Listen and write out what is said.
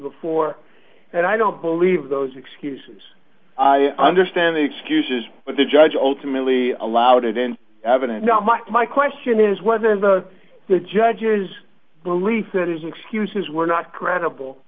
before and i don't believe those excuses understand the excuses but the judge ultimately allowed it in evidence my question is whether the the judge is belief that is excuses were not credible